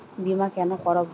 বিমা কেন করব?